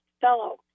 fellow